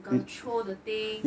got to throw the thing